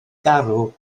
garw